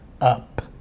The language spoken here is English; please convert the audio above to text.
up